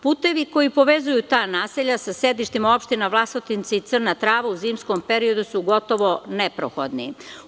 Putevi koji povezuju ta naselja sa sedištima u opštinama Vlasotince i Crna Trava u zimskom periodu su gotovo neprohodni.